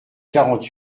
quarante